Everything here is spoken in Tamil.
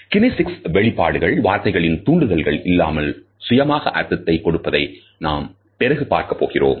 கினேசிக்ஸ் வெளிப்பாடுகள் வார்த்தைகளின் தூண்டுதல்கள் இல்லாமல் சுயமாக அர்த்தங்களை கொடுப்பதை நாம் பிறகு பார்க்கப் போகிறோம்